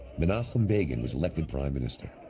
menachem begin was elected prime minister.